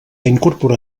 incorporar